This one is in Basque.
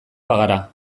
bagara